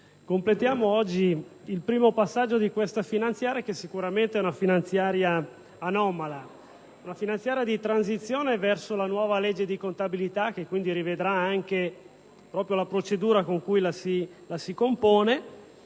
completiamo oggi il primo passaggio del disegno di legge finanziaria che sicuramente è una finanziaria anomala, di transizione verso la nuova legge di contabilità, che quindi rivedrà proprio la procedura con cui la si compone;